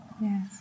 Yes